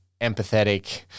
empathetic